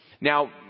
Now